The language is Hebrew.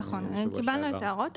נכון, קיבלנו את ההערות.